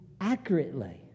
accurately